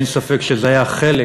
אין ספק שזה היה חלק